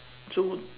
so